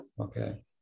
Okay